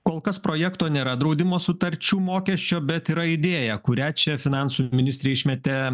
kol kas projekto nėra draudimo sutarčių mokesčio bet yra idėją kurią čia finansų ministrė išmetė